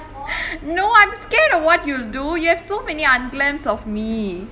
no I'm scared of what you'd do you have so many unglamorous of me